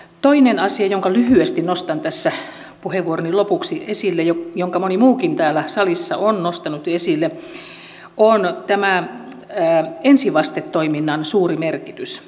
toinen asia jonka lyhyesti nostan tässä puheenvuoroni lopuksi esille ja jonka moni muukin täällä salissa on jo nostanut esille on ensivastetoiminnan suuri merkitys